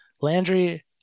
Landry